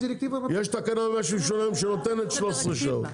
יש דירקטיבה --- יש תקנה 168 שנותנת 13 שעות